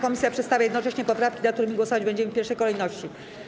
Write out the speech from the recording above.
Komisja przedstawia jednocześnie poprawki, nad którymi głosować będziemy w pierwszej kolejności.